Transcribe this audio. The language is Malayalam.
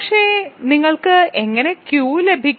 പക്ഷേ നിങ്ങൾക്ക് എങ്ങനെ Q ലഭിക്കും